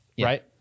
right